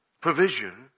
provision